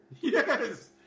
Yes